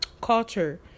culture